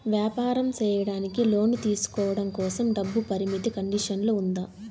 వ్యాపారం సేయడానికి లోను తీసుకోవడం కోసం, డబ్బు పరిమితి కండిషన్లు ఉందా?